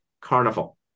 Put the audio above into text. carnival